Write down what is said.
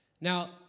Now